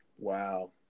Wow